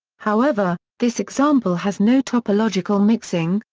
however, this example has no topological mixing,